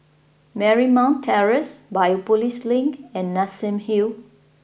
Marymount Terrace Biopolis Link and Nassim Hill